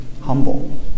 Humble